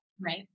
Right